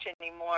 anymore